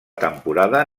temporada